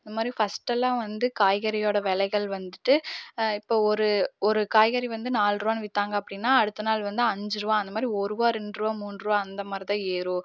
இந்தமாதிரி ஃபஸ்ட்டெல்லாம் வந்து காய்கறியோட விலைகள் வந்துட்டு இப்போ ஒரு ஒரு காய்கறி வந்து நால்ருபான்னு வித்தாங்கள் அப்படின்னா அடுத்த நாள் வந்து அஞ்சுருபா அந்தமாதிரி ஒருபா ரெண்டுருபா மூன்றுபா அந்தமாதிரிதான் ஏறும்